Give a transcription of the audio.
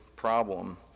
problem